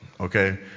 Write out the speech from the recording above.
Okay